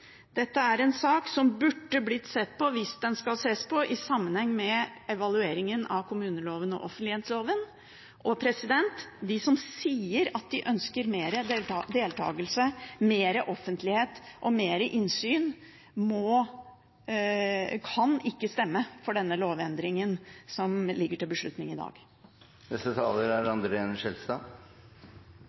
Dette er en sak som burde blitt sett på – hvis den skal ses på – i sammenheng med evalueringen av kommuneloven og offentlighetsloven. Og de som sier at de ønsker mer deltakelse, mer offentlighet og mer innsyn, kan ikke stemme for denne lovendringen som ligger til beslutning i dag.